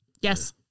Yes